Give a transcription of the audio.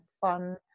fun